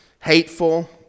hateful